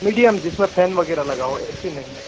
medium जिसमें fan वग़ैरह लगा हो ए सी नहीं